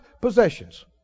possessions